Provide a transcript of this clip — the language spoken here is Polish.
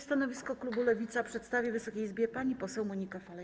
Stanowisko klubu Lewica przedstawi Wysokiej Izbie pani poseł Monika Falej.